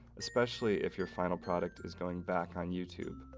especially if your final product is going back on youtube.